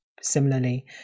similarly